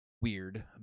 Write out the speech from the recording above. weird